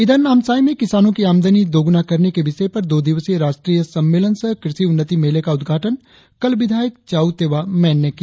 इधर नामसाई में किसानो की आमदनी दोगुना करने के विषय पर दो दिवसीय राष्ट्रीय सम्मेलन सह कृषि उन्नति मेले का उद्घाटन कल विधायक चाऊ तेवा मैन ने किया